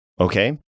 Okay